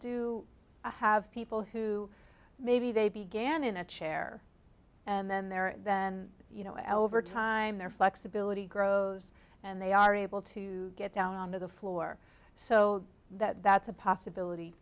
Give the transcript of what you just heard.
do have people who maybe they began in a chair and then there then you know over time their flexibility grows and they are able to get down onto the floor so that that's a possibility